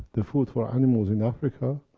the food for animals in africa,